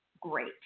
great